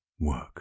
work